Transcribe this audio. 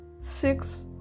six